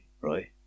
Right